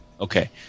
Okay